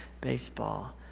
baseball